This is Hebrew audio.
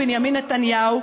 בנימין נתניהו,